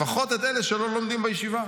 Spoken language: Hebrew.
לפחות את אלה שלא לומדים בישיבה.